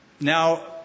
now